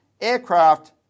aircraft